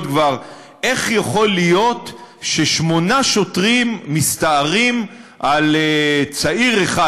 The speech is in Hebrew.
איך יכול להיות ששמונה שוטרים מסתערים על צעיר אחד?